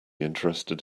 interested